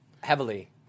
heavily